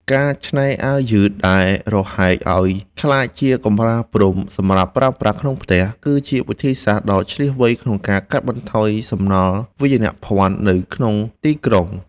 ការច្នៃអាវយឺតដែលរហែកឱ្យក្លាយជាកម្រាលព្រំសម្រាប់ប្រើប្រាស់ក្នុងផ្ទះ គឺជាវិធីសាស្ត្រដ៏ឈ្លាសវៃក្នុងការកាត់បន្ថយសំណល់វាយនភណ្ឌនៅក្នុងទីក្រុង។